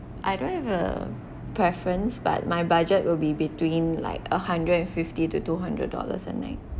I don't have a preference but my budget will be between like a hundred and fifty to two hundred dollars a night